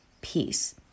peace